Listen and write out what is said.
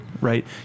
right